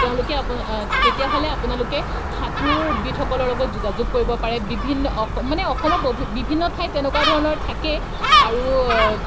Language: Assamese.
তেওঁলোকে আপো তেতিয়াহ'লে আপোনালোকে সাঁতোৰবিদসকলৰ লগত যোগাযোগ কৰিব পাৰে বিভিন্ন অস মানে অসমৰ ব বিভিন্ন ঠাইত তেনেকুৱা ধৰণৰ থাকেই আৰু